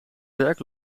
welk